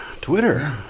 Twitter